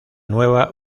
nueva